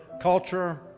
culture